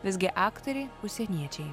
visgi aktoriai užsieniečiai